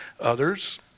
others